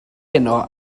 heno